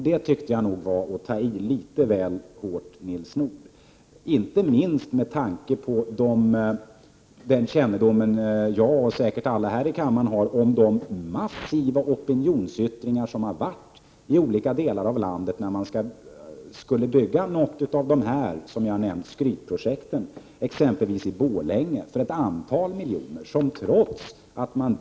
Det var nog att ta i litet väl hårt, Nils Nordh, inte minst med tanke på den kännedom som jag och säkert alla här i kammaren har om de massiva opinionsyttringarna i olika delar av landet när något av dessa skrytprojekt skulle byggas för ett antal miljoner, exempelvis i Borlänge.